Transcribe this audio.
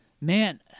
Man